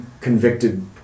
convicted